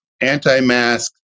anti-mask